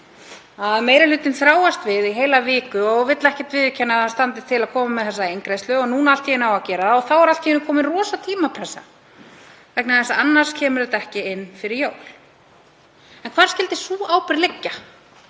að meiri hlutinn þráast við í heila viku og vill ekki viðurkenna að til standi að koma með þessa eingreiðslu. Og núna allt í einu á að gera það og þá er allt í einu komin rosaleg tímapressa vegna þess að annars kemur þetta ekki inn fyrir jól. En hvar skyldi ábyrgðin liggja